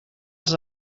els